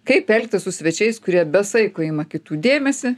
kaip elgtis su svečiais kurie be saiko ima kitų dėmesį